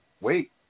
wait